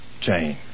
Jane